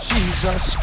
Jesus